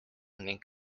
ning